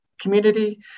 Community